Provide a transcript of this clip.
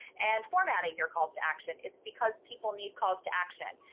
and formatting your calls to action. it's because people need calls to action.